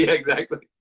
you know exactly.